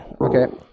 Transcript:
okay